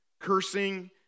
cursing